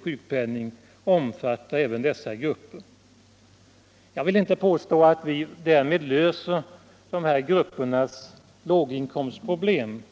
sjukpenning omfattar även dessa grupper. Jag vill inte påstå att vi därmed löser dessa gruppers låginkomstproblem.